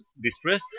distress